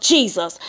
Jesus